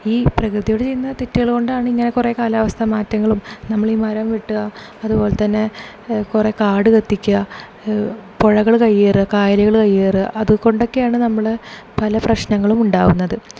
ഈ പ്രകൃതിയോട് ചെയ്യുന്ന തെറ്റുകൾ കൊണ്ടാണ് ഇങ്ങനെ കുറേ കാലാവസ്ഥ മാറ്റങ്ങളും നമ്മൾ ഈ മരം വെട്ടുക അതുപോലെ തന്നെ കുറേ കാട് കത്തിക്കുക പുഴകൾ കയ്യേറുക കായലുകൾ കയ്യേറുക അതുകൊണ്ട് ഒക്കെയാണ് നമ്മൾ പല പ്രശ്നങ്ങളും ഉണ്ടാകുന്നത്